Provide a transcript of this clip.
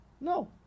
no